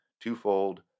twofold